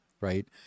right